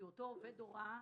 כי אותו עובד הוראה